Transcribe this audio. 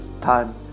time